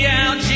out